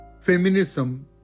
Feminism